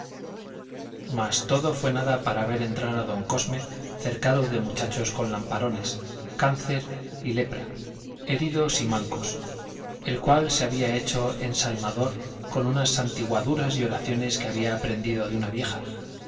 mas todo fue nada para ver entrar a don cosme cercado de muchachos con lamparones cáncer y lepra heridos y mancos el cual se había hecho ensalmador con unas santiguaduras y oraciones que había aprendido de una vieja